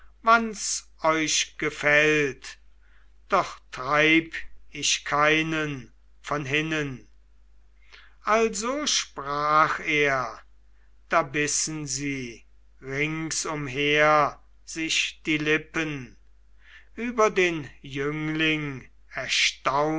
euch gefällt doch treib ich keinen von hinnen also sprach er da bissen sie ringsumher sich die lippen über den jüngling